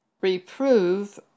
Reprove